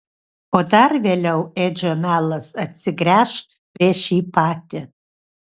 o dar vėliau edžio melas atsigręš prieš jį patį